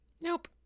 Nope